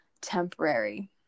temporary